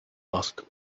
asked